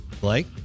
Blake